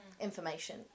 information